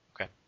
okay